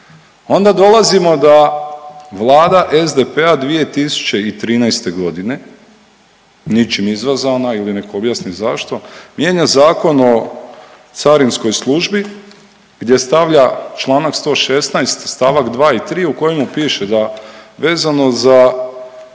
Onda dolazimo da Vlada SDP-a 2013. godine ničim izazvana ili nek objasni zašto mijenja Zakon o carinskoj službi gdje stavlja Članak 116. stavak 2. i 3. u kojemu piše da vezano za